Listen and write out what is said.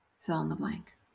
fill-in-the-blank